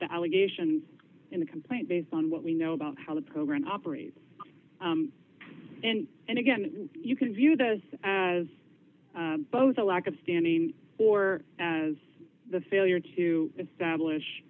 the allegations in the complaint based on what we know about how the program operates and and again you can view this as both a lack of standing for as the failure to establish